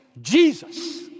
Jesus